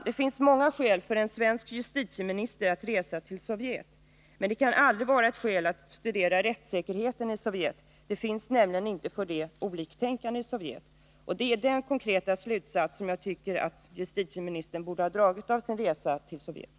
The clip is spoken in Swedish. Det finns många skäl för att en svensk justitieminister reser till Sovjet, men att studera rättssäkerhet kan aldrig vara ett skäl — det finns nämligen ingen rättssäkerhet för de oliktänkande i Sovjet. Det är den konkreta slutsats som jag tycker att justitieministern borde ha dragit av sin resa till Sovjet.